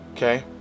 Okay